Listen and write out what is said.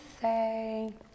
say